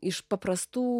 iš paprastų